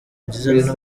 nziza